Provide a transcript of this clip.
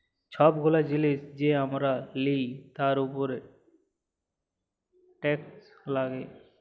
ছব গুলা জিলিস যে আমরা লিই তার উপরে টেকস লাগ্যে